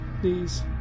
Please